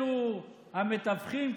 אלו המתווכים,